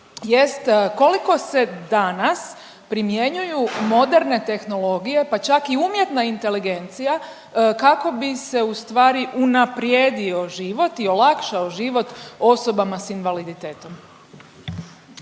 koliko se danas primjenjuju moderne tehnologije, pa čak i umjetna inteligencija kako bi se ustvari unaprijedio život i olakšao život osobama s invaliditetom?